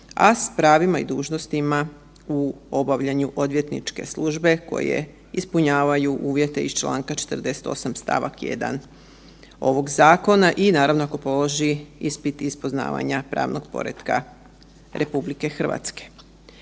a s pravima i dužnostima u obavljanju odvjetničke službe koje ispunjavaju uvjete iz čl. 48. st. 1. ovog zakona i naravno ako položi ispit iz poznavanja pravnog poretka RH.